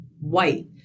white